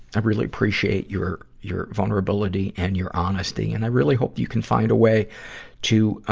i really appreciate your, your vulnerability and your honesty. and i really hope you can find a way to, um,